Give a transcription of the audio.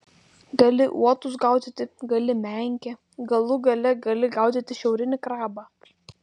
gali uotus gaudyti gali menkę galų gale gali gaudyti šiaurinį krabą